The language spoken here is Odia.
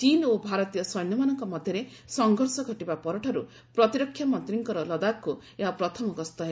ଚୀନ୍ ଓ ଭାରତୀୟ ସୈନ୍ୟମାନଙ୍କ ମଧ୍ୟରେ ସଂଘର୍ଷ ଘଟିବା ପରଠାରୁ ପ୍ରତିରକ୍ଷା ମନ୍ତ୍ରୀଙ୍କର ଲଦାଖକୁ ଏହା ପ୍ରଥମ ଗସ୍ତ ହେବ